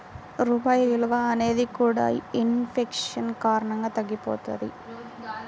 రూపాయి విలువ అనేది కూడా ఇన్ ఫేషన్ కారణంగా తగ్గిపోతది